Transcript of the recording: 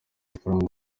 mafaranga